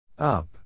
Up